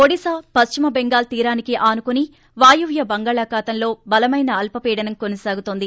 ఒడిశా పశ్చిమ బెంగాల్ తీరానికి ఆనుకొని వాయువ్య బంగాళాఖాతంలో బలమైన అల్పపీడనం కొనసాగుతోంది